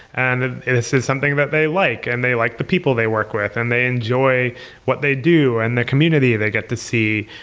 and this is something that they like and they like the people they work with. and they enjoy what they do and the community they get to see.